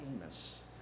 Amos